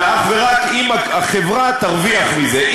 אלא אך ורק אם החברה תרוויח מזה.